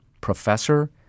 professor